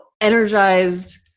energized